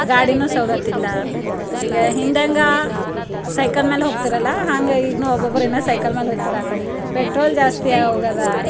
ಗಾಡಿನೂ ಸವಲತ್ತಿಲ್ಲ ಈಗ ಹಿಂದೆ ಹೆಂಗ ಸೈಕಲ್ ಮೇಲೆ ಹೋಗ್ತಿರಲ್ಲ ಹಾಂಗೆ ಈಗ್ನೂ ಒಬ್ಬೊಬ್ರೆನೆ ಸೈಕಲ್ ಮೇಲೆ ಹೊಯ್ತರ ಪೆಟ್ರೋಲ್ ಜಾಸ್ತಿ ಆಗೋಗದ